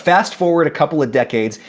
fast forward a couple of decades,